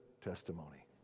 testimony